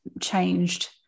changed